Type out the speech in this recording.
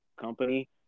company